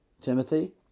Timothy